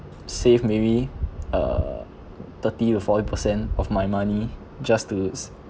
save maybe uh thirty to forty percent of my money just to s~